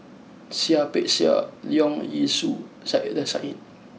Seah Peck Seah Leong Yee Soo and Saiedah Said